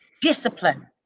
discipline